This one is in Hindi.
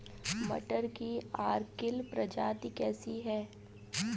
मटर की अर्किल प्रजाति कैसी है?